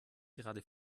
gerade